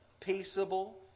peaceable